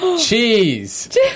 cheese